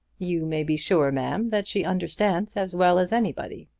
you may be sure, ma'am, that she understands as well as anybody.